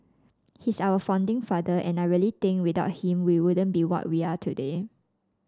he's our founding father and I really think without him we wouldn't be what we are today